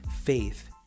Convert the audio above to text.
faith